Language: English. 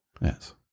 Yes